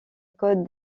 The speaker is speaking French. code